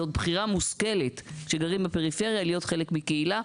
זאת בחירה מושכלת כשגרים בפריפריה להיות חלק מקהילה,